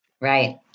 Right